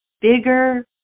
bigger